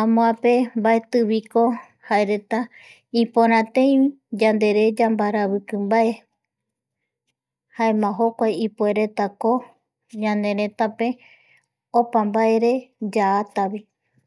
amoape mbaetiviko jaereta iporatei yandereya mbaravikimbae jaema jokuae ipueretako ñaneretape opa mbaere yaayatavi